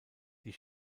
die